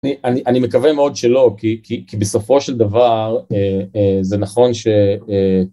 אני מקווה מאוד שלא, כי בסופו של דבר זה נכון ש...